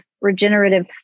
regenerative